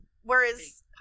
Whereas